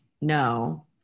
no